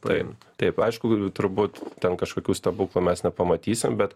paimt taip aišku turbūt ten kažkokių stebuklų mes nepamatysim bet